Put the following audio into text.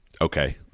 Okay